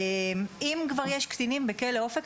אם כבר יש קטינים בכלא אופק,